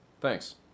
Thanks